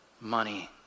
money